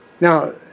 Now